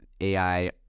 ai